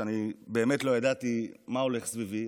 באמת לא ידעתי מה הולך סביבי,